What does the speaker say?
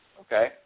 Okay